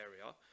area